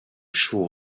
show